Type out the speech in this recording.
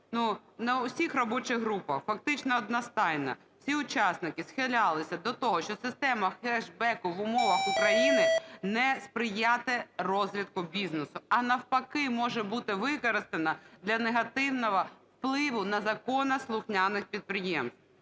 На усіх робочих групах фактично одностайно всі учасники схилялися до того, що система кешбеку в умовах України не сприятиме розвитку бізнесу, а навпаки може бути використана для негативного впливу на законослухняних підприємців.